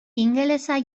ingelesa